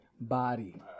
body